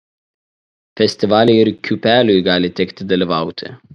festivalyje ir kiūpeliui gali tekti dalyvauti